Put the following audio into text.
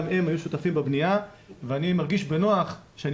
גם הם היו שותפים בבניה ואני מרגיש בנוח שאני